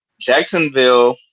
Jacksonville